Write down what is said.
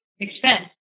expense